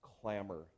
clamor